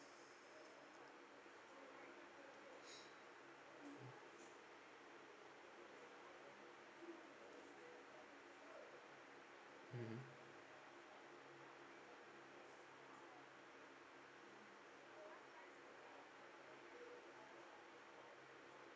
mmhmm